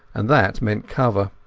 and that meant cover.